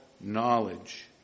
knowledge